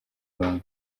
abantu